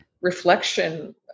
reflection